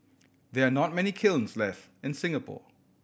there are not many kilns left in Singapore